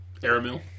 Aramil